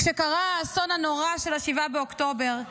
כשקרה האסון הנורא של 7 באוקטובר,